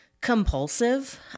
compulsive